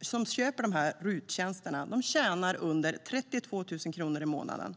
som köper RUT-tjänster tjänar under 32 000 kronor i månaden.